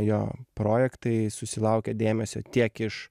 jo projektai susilaukia dėmesio tiek iš